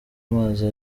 mazi